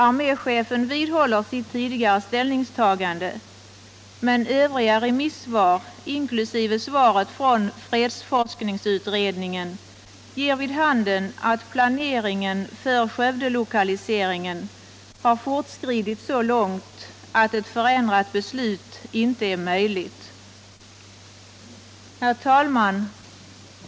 Arméchefen vidhåller sitt tidigare ställningstagande. Men övriga remissvar inkl. svaret från fredsforskningsutredningen ger vid handen att planeringen för Skövdelokaliseringen har fortskridit så långt att ett förändrat beslut inte är möjligt. Herr talman!